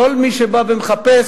כל מי שבא ומחפש,